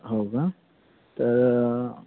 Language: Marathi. हो का तर